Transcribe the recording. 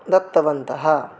दत्तवन्तः